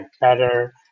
better